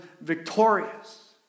victorious